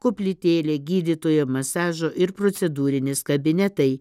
koplytėlė gydytojo masažo ir procedūrinis kabinetai